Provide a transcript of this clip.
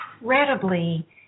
incredibly